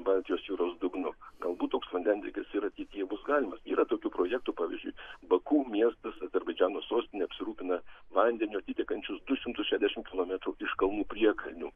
baltijos jūros dugnu galbūt toks vandentiekis ir ateityje bus galimas yra tokių projektų pavyzdžiui baku miestas azerbaidžano sostinė apsirūpina vandeniu atitekančius du šimtus šešiasdešim kilometrų iš kalnų priekalnių